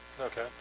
Okay